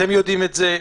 אתם יודעים את זה,